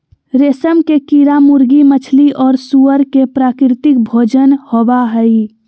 रेशम के कीड़ा मुर्गी, मछली और सूअर के प्राकृतिक भोजन होबा हइ